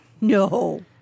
No